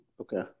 Okay